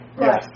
Yes